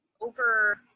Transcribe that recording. over